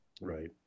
Right